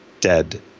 dead